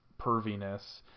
perviness